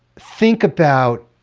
think about,